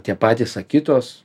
tie patys akitos